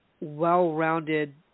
well-rounded